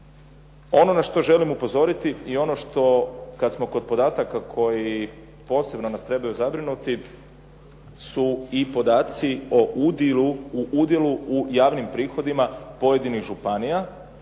Ono na šato želim upozoriti i ono što kada smo kod podataka koji nas posebno trebaju zabrinuti, su i podaci o udjelu u javnim prihodima pojedinih županija,